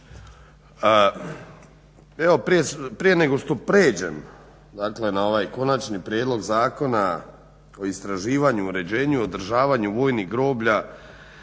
se ne razumije./ … Konačnog prijedloga Zakona o istraživanju, uređenju i održavanju vojnih groblja,